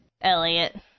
Elliot